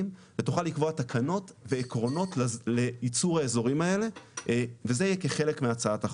ותוכל לקבוע תקנות ועקרונות לייצור האזורים האלה וזה כחלק מהצעת החוק.